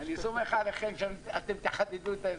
אני סומך עליכם שאתם תחדדו את ההבדל.